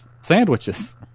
sandwiches